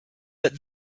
but